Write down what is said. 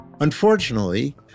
Unfortunately